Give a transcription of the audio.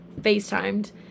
facetimed